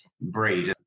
breed